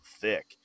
thick